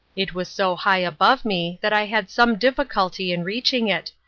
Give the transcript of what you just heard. it was so high above me, that i had some difficulty in reaching it,